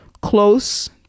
close